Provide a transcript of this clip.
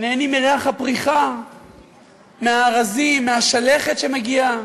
נהנים מריח הפריחה, מהארזים, מהשלכת שמגיעה.